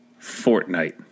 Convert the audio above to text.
Fortnite